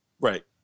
right